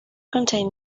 contain